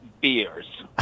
beers